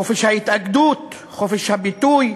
חופש ההתאגדות, חופש הביטוי,